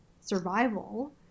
survival